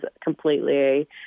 completely